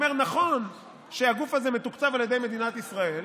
ואומר: נכון שהגוף הזה מתוקצב על ידי מדינת ישראל,